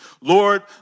Lord